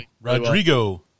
Rodrigo